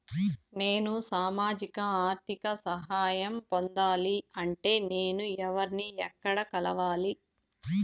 నేను సామాజిక ఆర్థిక సహాయం పొందాలి అంటే నేను ఎవర్ని ఎక్కడ కలవాలి?